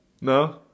no